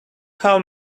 how